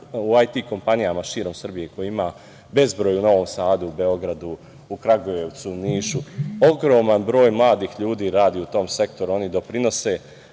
u IT kompanijama širom Srbije, kojih ima bezbroj u Novom Sadu, Beogradu, Kragujevcu, Nišu. Ogroman broj mladih ljudi radi u tom sektoru, oni doprinose.